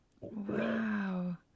Wow